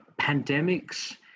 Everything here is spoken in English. pandemics